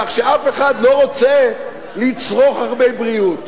כך שאף אחד לא רוצה לצרוך הרבה בריאות.